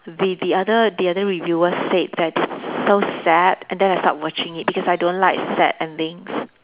the the other the other reviewers said that it's so sad and then I stop watching it because I don't like sad endings